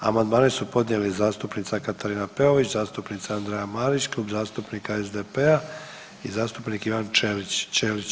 Amandmane su podnijeli zastupnica Katarina Peović, zastupnica Andreja Marić, Klub zastupnika SDP-a i zastupnik Ivan Ćelić.